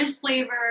flavor